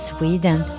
Sweden